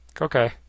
Okay